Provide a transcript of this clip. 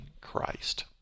Christ